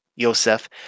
Yosef